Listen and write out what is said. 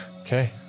Okay